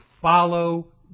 follow